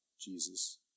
Jesus